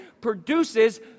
produces